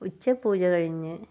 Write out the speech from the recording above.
ഉച്ചപൂജ കഴിഞ്ഞ്